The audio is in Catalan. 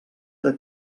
era